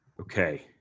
Okay